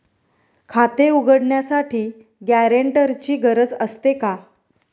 खाते उघडण्यासाठी गॅरेंटरची गरज असते का?